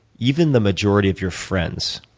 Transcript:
even the majority of your friends,